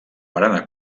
barana